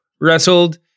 wrestled